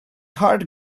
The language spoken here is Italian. heart